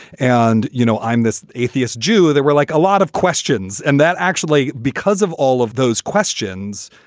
and, you know, i'm this atheist jew. there were like a lot of questions. and that actually because of all of those questions.